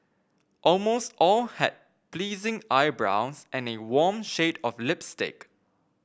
almost all had pleasing eyebrows and a warm shade of lipstick